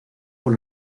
por